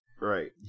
Right